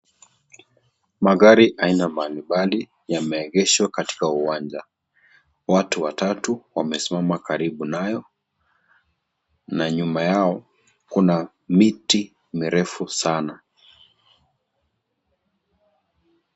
Magari aina mbalimbali yameegeshwa katika uwanja watu watatu wamesimama karibu nalo na nyuma yao kuna mti mirefu sana.